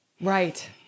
Right